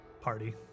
Party